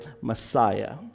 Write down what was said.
Messiah